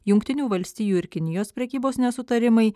jungtinių valstijų ir kinijos prekybos nesutarimai